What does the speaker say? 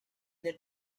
they